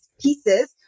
pieces